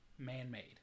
man-made